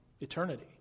eternity